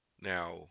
Now